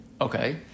Okay